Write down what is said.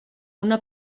una